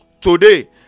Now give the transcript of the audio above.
Today